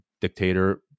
dictator